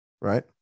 Right